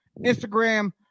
Instagram